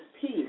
peace